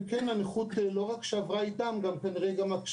והנכות לא רק עברה איתם אלא גם הקשיים,